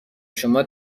شما